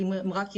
אם הן רק ירצו.